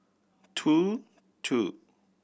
two two